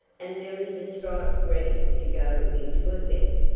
and there is a strike ready to go into effect.